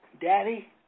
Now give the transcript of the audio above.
Daddy